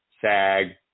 SAG